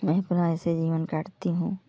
मैं पूरा ऐसे जीवन काटती हूँ